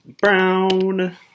Brown